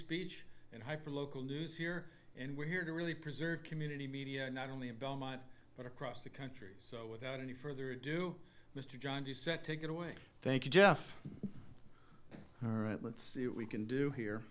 speech and hyper local news here and we're here to really preserve community media not only in belmont but across the country so without any further ado mr john doucette take it away thank you jeff all right let's see what we can do here